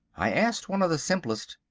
i asked one of the simplest.